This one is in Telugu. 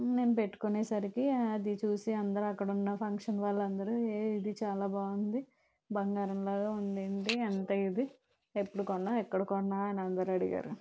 నేను పెట్టుకునే సరికి అది చూసి అందరు అక్కడున్న ఫంక్షన్ వాళ్ళందరూ ఏయ్ ఇది చాలా బాగుంది బంగారంలా ఉంది ఎంత ఇది ఎప్పుడు కొన్నావు ఎక్కడ కొన్నావు అని అందరూ అడిగారు